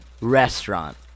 Restaurant